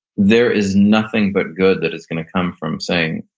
there is nothing but good that is going to come from saying,